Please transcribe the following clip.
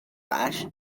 rush